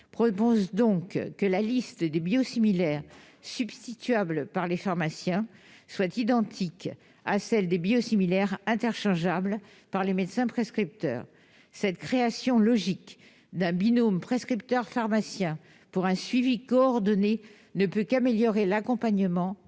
prévoit donc que la liste des biosimilaires substituables par les pharmaciens soit identique à celle des biosimilaires substituables par les médecins prescripteurs. Cette création logique d'un binôme prescripteurs-pharmaciens pour un suivi coordonné ne peut qu'améliorer l'accompagnement